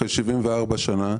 אחרי 74 שנה,